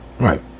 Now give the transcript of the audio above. Right